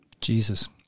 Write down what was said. Jesus